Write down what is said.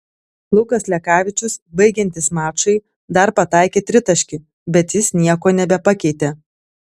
lukas lekavičius baigiantis mačui dar pataikė tritaškį bet jis nieko nebepakeitė